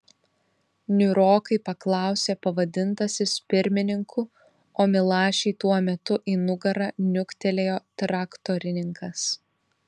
niūrokai paklausė pavadintasis pirmininku o milašiui tuo metu į nugarą niuktelėjo traktorininkas